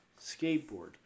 skateboard